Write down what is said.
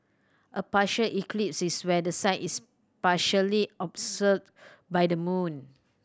a partial eclipse is where the sun is partially by the moon